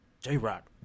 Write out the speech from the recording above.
J-Rock